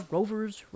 Rover's